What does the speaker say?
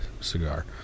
cigar